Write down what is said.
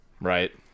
Right